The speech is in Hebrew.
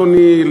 אדוני,